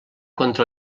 contra